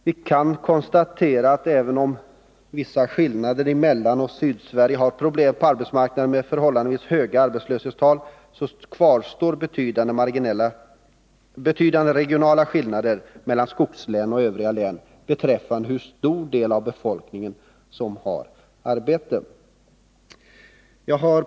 Vi kan konstatera att även om vissa län i Mellanoch Sydsverige har problem på arbetsmarknaden med förhållandevis höga arbetslöshetstal, så kvarstår betydande regionala skillnader mellan skogslänen och övriga län beträffande hur stor del av befolkningen som har arbete.